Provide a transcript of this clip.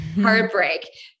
heartbreak